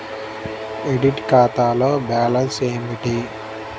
Audit ఖాతాలో balance ఏమిటీ?